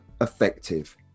effective